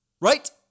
Right